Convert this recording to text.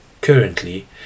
Currently